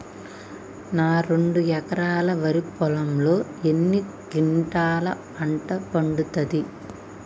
నా రెండు ఎకరాల వరి పొలంలో ఎన్ని క్వింటాలా పంట పండుతది?